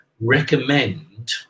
recommend